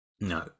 No